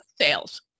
sales